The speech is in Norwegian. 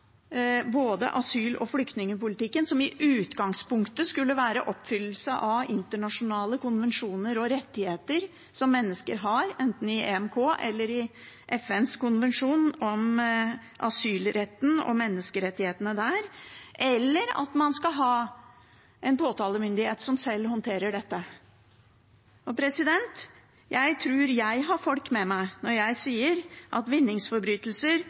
internasjonale konvensjoner og rettigheter som mennesker har, enten i EMK eller i FNs konvensjon om asylretten og menneskerettighetene der, eller at man skal ha en påtalemyndighet som selv håndterer dette. Jeg tror jeg har folk med meg når jeg sier at vinningsforbrytelser,